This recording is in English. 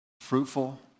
fruitful